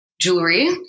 jewelry